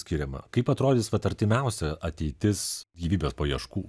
skiriama kaip atrodys vat artimiausia ateitis gyvybės paieškų